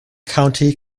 county